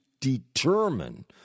determine